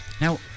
Now